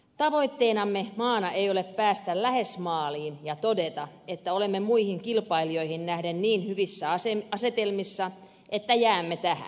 tavoitteenamme maana ei ole päästä lähes maaliin ja todeta että olemme muihin kilpailijoihin nähden niin hyvissä asetelmissa että jäämme tähän